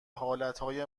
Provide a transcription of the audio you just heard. حالتهای